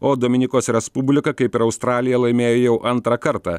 o dominikos respublika kaip ir australija laimėjo jau antrą kartą